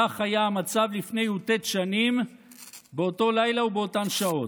כך היה המצב לפני י"ט שנים באותו לילה ובאותן שעות.